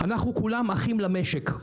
עזוב פוליטיקה, אנחנו כולם אחים למשק,